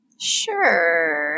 Sure